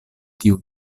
tiu